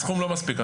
הסכום לא מספיק,